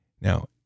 Now